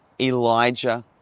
Elijah